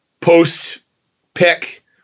Post-pick